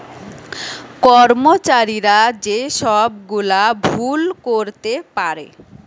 কর্মচারীরা যে সব গুলা ভুল করতে পারে